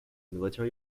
military